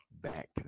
back